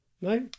no